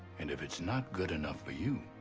and if it's not good enough for you.